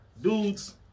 dudes